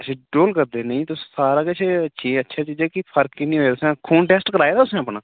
अच्छा डेटोल करदे नेईं तुस सारा किश ठीक अच्छा चीज जेह्की फरक की निं होआ तुसें खून टैस्ट कराया तुसें अपना